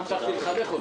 בהצלחה.